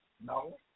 no